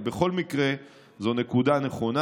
אבל בכל מקרה, זו נקודה נכונה.